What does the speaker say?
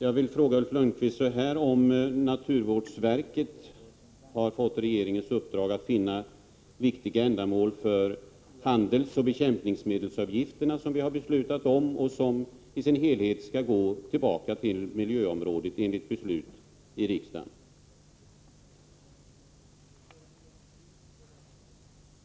Jag vill fråga honom, om naturvårdsverket har fått regeringens uppdrag att finna viktiga ändamål för handelsoch bekämpningsmedelsavgifterna, som i sin helhet skall gå tillbaka till miljöområdet enligt beslut i riksdagen.